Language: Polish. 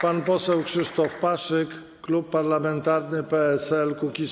Pan poseł Krzysztof Paszyk, klub parlamentarny PSL-Kukiz15.